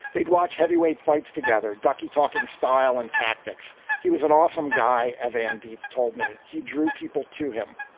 they'd watch heavyweight fights together, ducky talking style and tactics. he was an awesome guy. avam dietz told me he drew people to him.